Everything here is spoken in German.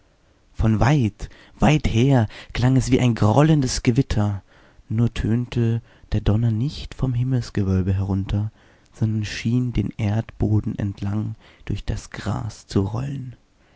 von weit weit her klang es wie ein grollendes gewitter nur tönte der donner nicht vom himmelsgewölbe herunter sondern schien den erdboden entlang durch das gras zu rollen